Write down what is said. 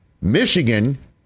Michigan